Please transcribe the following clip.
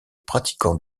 pratiquants